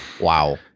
wow